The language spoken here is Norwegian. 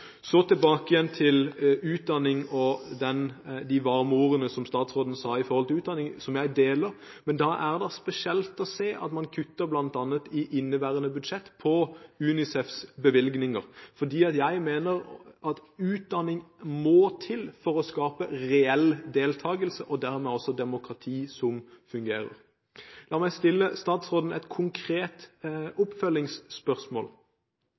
Så tilbake til utdanning og de varme ordene som statsråden sa om utdanning, som jeg deler, men da er det spesielt å se at man kutter bl.a. i inneværende budsjett for UNICEFs bevilgninger, fordi jeg mener at utdanning må til for å skape reell deltakelse og dermed også demokrati som fungerer. La meg stille statsråden et konkret